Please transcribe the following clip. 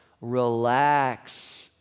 relax